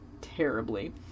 terribly